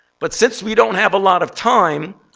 but since we don't have a lot of time,